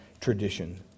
tradition